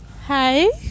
Hi